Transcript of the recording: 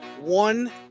one